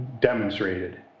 demonstrated